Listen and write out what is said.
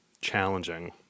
challenging